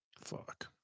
Fuck